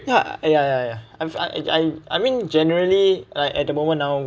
ya ya ya ya if I eh I mean generally like at the moment now